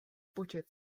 počet